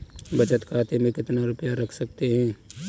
बचत खाते में कितना रुपया रख सकते हैं?